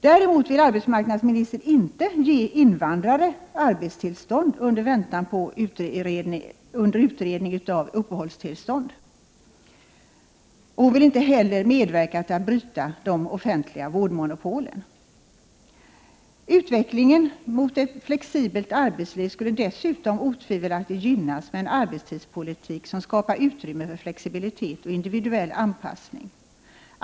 Däremot vill arbetsmarknadsministern inte ge invandrare arbetstillstånd under utredning av uppehållstillstånd. Inte heller vill hon medverka till att bryta de offentliga vårdmonopolen. Utvecklingen mot ett flexibelt arbetsliv skulle dessutom otvivelaktigt gynnas med en arbetstidspolitik som skapar utrymme för flexibilitet och individuell anpassning.